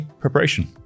preparation